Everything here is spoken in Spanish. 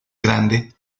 grande